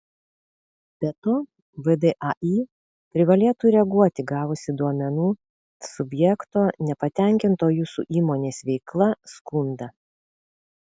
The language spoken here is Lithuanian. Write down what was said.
be to vdai privalėtų reaguoti gavusi duomenų subjekto nepatenkinto jūsų įmonės veikla skundą